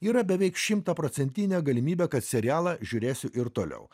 yra beveik šimtaprocentinė galimybė kad serialą žiūrėsiu ir toliau